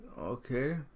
Okay